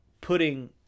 putting